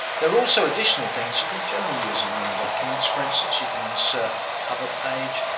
there are also additional things you can generally use in long documents. for instance, you can insert a cover page.